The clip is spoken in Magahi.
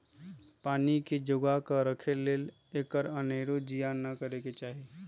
पानी के जोगा कऽ राखे लेल एकर अनेरो जियान न करे चाहि